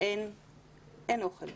אין אוכל.